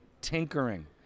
tinkering